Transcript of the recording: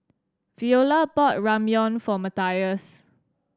Veola bought Ramyeon for Matias